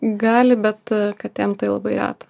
gali bet katėm tai labai reta